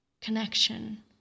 connection